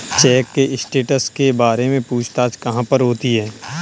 Check के status के बारे में पूछताछ कहाँ पर होती है?